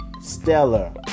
Stellar